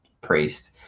Priest